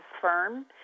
firm